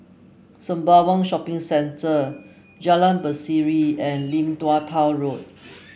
Sembawang Shopping Centre Jalan Berseri and Lim Tua Tow Road